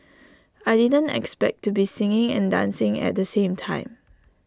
I didn't expect to be singing and dancing at the same time